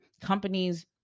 companies